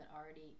already